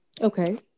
Okay